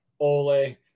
Ole